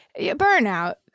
burnout